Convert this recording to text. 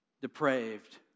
depraved